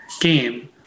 game